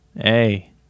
hey